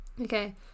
Okay